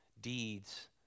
deeds